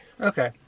Okay